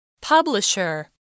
Publisher